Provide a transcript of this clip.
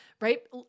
right